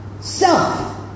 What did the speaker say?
Self